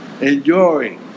enjoy